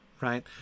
Right